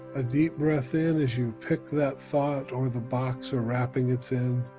a deep breath in as you pick that thought or the box or wrapping it's in,